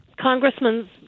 Congressman